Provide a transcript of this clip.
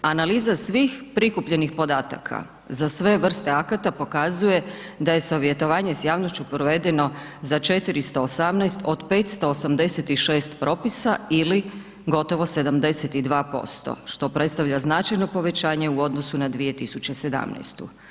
Analiza svih prikupljenih podataka za sve vrste akata pokazuje da je savjetovanje s javnošću provedeno za 418 od 586 propisa ili gotovo 72%, što predstavlja značajno povećanje u odnosu na 2017.